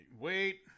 Wait